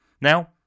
now